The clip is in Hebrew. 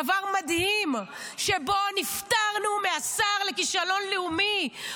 דבר מדהים שבו נפטרנו מהשר לכישלון לאומי,